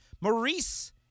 Maurice